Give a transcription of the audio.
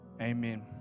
Amen